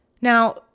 Now